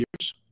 years